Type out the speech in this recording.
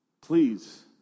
please